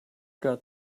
got